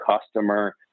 customer